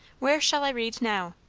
where shall i read now?